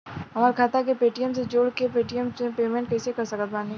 हमार खाता के पेटीएम से जोड़ के पेटीएम से पेमेंट कइसे कर सकत बानी?